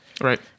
Right